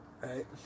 Right